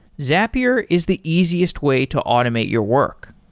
zapier is the easiest way to automate your work.